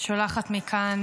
אני שולחת מכאן